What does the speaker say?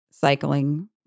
Cycling